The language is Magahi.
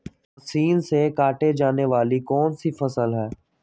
मशीन से काटे जाने वाली कौन सी फसल है?